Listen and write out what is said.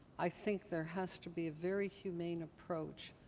i think there has to be a very humane approach,